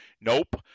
Nope